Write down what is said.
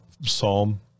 Psalm